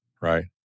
Right